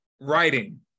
Writing